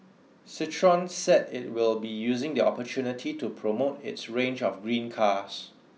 Citroen said it will be using the opportunity to promote its range of green cars